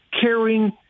caring